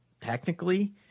technically